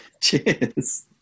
cheers